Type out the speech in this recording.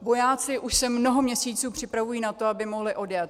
Vojáci už se mnoho měsíců připravují na to, aby mohli odjet.